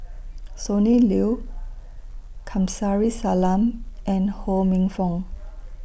Sonny Liew Kamsari Salam and Ho Minfong